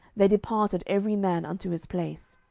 they departed every man unto his place.